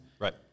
Right